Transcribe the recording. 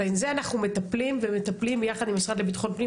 בזה אנחנו מטפלים ביחד עם המשרד לביטחון פנים,